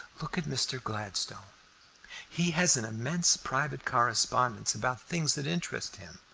look at mr. gladstone he has an immense private correspondence about things that interest him,